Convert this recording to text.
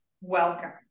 welcome